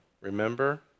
Remember